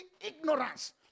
ignorance